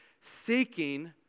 seeking